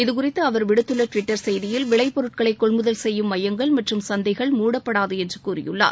இதுகுறித்து அவா் விடுத்துள்ள டுவிட்டர் செய்தியில் விளைப் பொருட்களை கொள்முதல் செய்யும் மையங்கள் மற்றும் சந்தைகள் மூடப்படாது என்று கூறியுள்ளார்